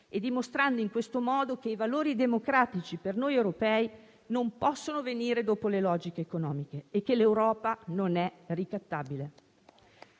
e dimostrando in questo modo che i valori democratici per noi europei non possono venire dopo le logiche economiche e che l'Europa non è ricattabile.